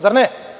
Zar ne?